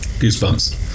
goosebumps